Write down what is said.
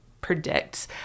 predict